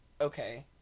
Okay